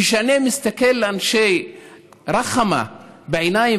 כשאני מסתכל על אנשי רח'מה בעיניים,